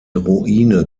ruine